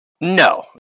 No